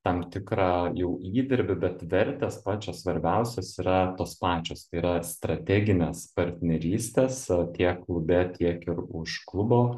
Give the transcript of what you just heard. tam tikrą jau įdirbį bet vertės pačios svarbiausios yra tos pačios tai yra strateginės partnerystės tiek klube tiek ir už klubo